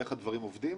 איך הדברים עובדים,